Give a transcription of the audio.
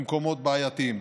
במקומות בעייתיים,